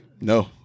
No